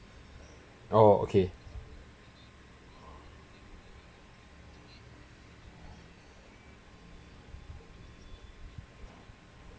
orh okay